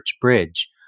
Bridge